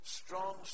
strong